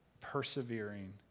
persevering